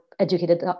Educated